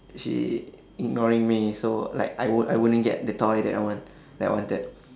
she ignoring me so like I woul~ I wouldn't get the toy that I want~ that I wanted